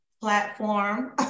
platform